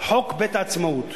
חוק בית-העצמאות,